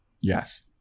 Yes